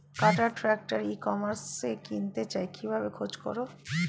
কাটার tractor ই কমার্সে কিনতে চাই কিভাবে খোঁজ করো?